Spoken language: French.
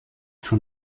son